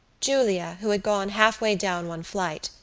julia, who had gone half way down one flight,